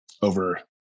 over